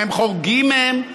ואם הם חורגים מהם,